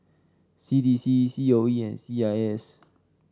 C D C C O E and C I S